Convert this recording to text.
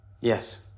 Yes